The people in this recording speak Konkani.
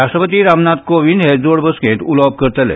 राष्ट्रपती रामनाथ कोविंद हे जोड बसकेंत उलोवप करतले